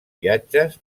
viatges